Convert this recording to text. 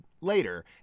later